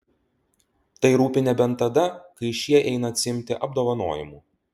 tai rūpi nebent tada kai šie eina atsiimti apdovanojimų